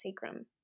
sacrum